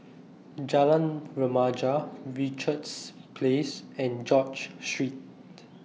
Jalan Remaja Richards Place and George Street